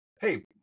Hey